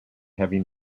heavy